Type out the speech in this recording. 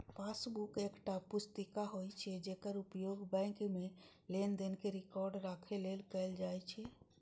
passbook एकटा पुस्तिका होइ छै, जेकर उपयोग बैंक मे लेनदेन के रिकॉर्ड राखै लेल कैल जाइ छै